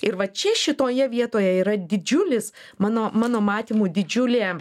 ir va čia šitoje vietoje yra didžiulis mano mano matymu didžiulė